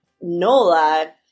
NOLA